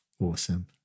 Awesome